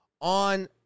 on